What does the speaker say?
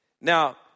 Now